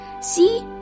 See